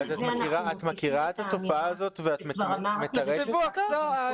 את מכירה את התופעה הזאת ואת מתרצת אותה?